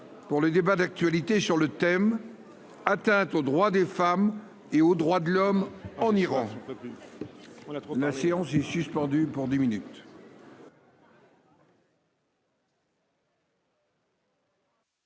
pour les débats d'actualité sur le thème : atteinte aux droits des femmes et aux droits de l'homme en Iran, on a trop de la séance est suspendue pour 10 minutes.